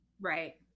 right